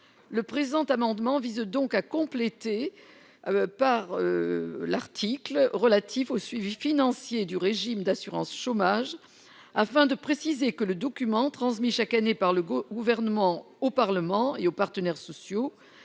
le présent amendement vise donc à compléter par l'article relatif au suivi financier du régime d'assurance chômage afin de préciser que le document transmis chaque année par le gouvernement au Parlement et aux partenaires sociaux,